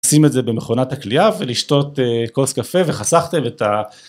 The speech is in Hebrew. שים את זה במכונת הקלייה ולשתות קוס קפה וחסכתם את.